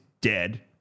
dead